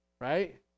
Right